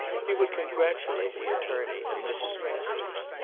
he would congratulate the attorney and mrs. masters.